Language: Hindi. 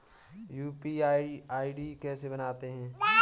यू.पी.आई आई.डी कैसे बनाते हैं?